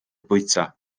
bwyta